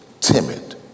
timid